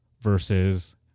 versus